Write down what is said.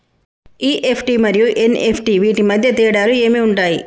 EFT మరియు NEFT వీటి మధ్య తేడాలు ఏమి ఉంటాయి?